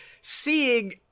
seeing